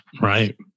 Right